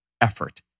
effort